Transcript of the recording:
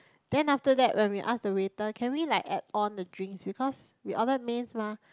then after that when we ask the waiter can we like add on the drinks because we order mains mah